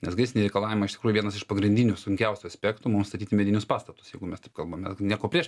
nes gaisriniai reikalavimai iš tikrųjų vienas iš pagrindinių sunkiausių aspektų mums statyti medinius pastatus jeigu mes taip kalbame nieko prieš